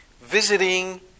Visiting